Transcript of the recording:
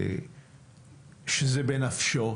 שזה בנפשו,